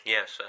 Yes